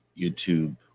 YouTube